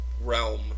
realm